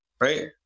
right